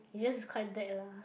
it's just quite bad lah